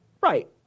right